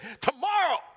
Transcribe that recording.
Tomorrow